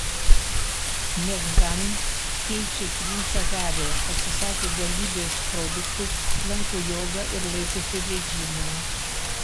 meghan keičia princą harį atsisakė galybės produktų lanko jogą ir laikosi režimo